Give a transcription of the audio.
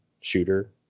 shooter